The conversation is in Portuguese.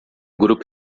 grupo